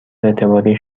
اعتباری